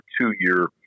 two-year